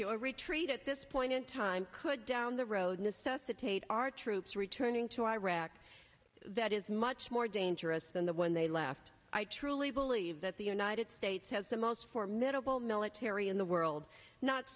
you or retreat at this point in time could down the road necessitate our troops returning to iraq that is much more dangerous than the one they left i truly believe that the united states has the most formidable military in the world not